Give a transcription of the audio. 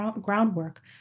groundwork